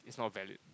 it's not valid